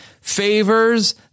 favors